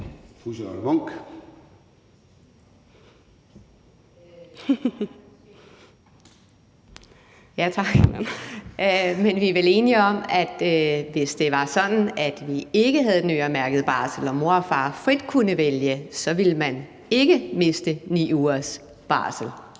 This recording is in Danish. vi er vel enige om, at hvis det var sådan, at vi ikke havde en øremærket barsel og mor og far frit kunne vælge, ville man ikke miste 9 ugers barsel?